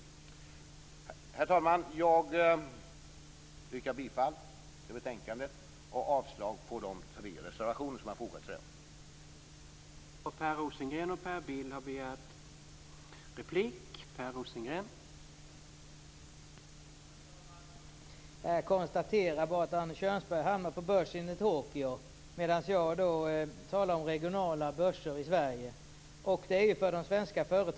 Herr talman! Jag yrkar bifall till hemställan i betänkandet och avslag på de tre reservationer som har fogats till det.